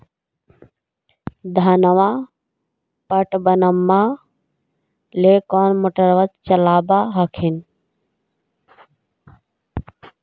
धनमा पटबनमा ले कौन मोटरबा चलाबा हखिन?